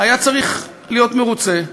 היה צריך להיות מרוצה.